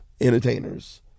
entertainers